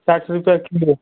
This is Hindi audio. साठ रुपये किलो